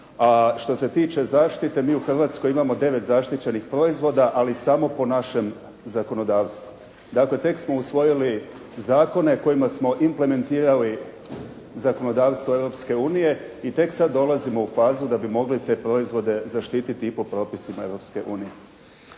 što se tiče zaštite mi u Hrvatskoj imamo 9 zaštićenih proizvoda ali samo po našem zakonodavstvu. Dakle tek smo usvojili zakone kojima smo implementirali zakonodavstvo Europske unije i tek sad dolazimo u fazu da bi mogli te proizvode zaštititi i po propisima